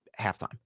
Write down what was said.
halftime